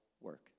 work